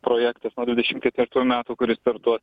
projektas nuo dvidešimt ketvirtųjų metų kuris startuos